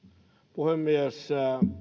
puhemies